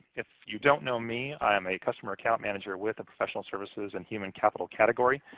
if you don't know me, i am a customer account manager with the professional services and human capital category.